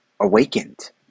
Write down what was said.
awakened